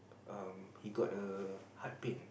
um he got a heart pain